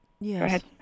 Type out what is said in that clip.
Yes